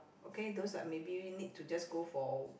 okay those like maybe need to just go for